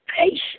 patience